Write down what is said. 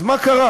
אז מה קרה?